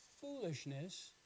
Foolishness